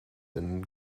and